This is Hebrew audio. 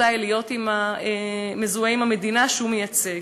מספורטאי להיות מזוהה עם המדינה שהוא מייצג?